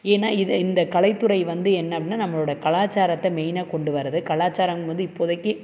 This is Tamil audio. ஏன்னா இதை இந்த கலைத்துறை வந்து என்ன அப்படின்னா நம்மளோட கலாச்சாரத்தை மெயினாக கொண்டு வரது கலாச்சாரம் வந்து இப்போதைக்கு